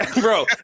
bro